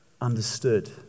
understood